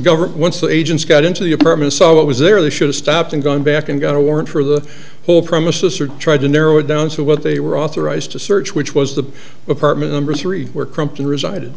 government once the agents got into the apartment saw what was there they should've stopped and gone back and got a warrant for the whole premises or tried to narrow it down to what they were authorized to search which was the apartment number three where crumpton resided